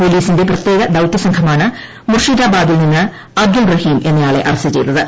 പോലീസിന്റെ പ്രത്യേക ദൌത്യ സംഘമാണ് മുർഷിദാബാദിൽ നിന്ന് അബ്ദുൾ റഹിം എന്നയാളെ അറസ്റ്റ് ചെയ്തത്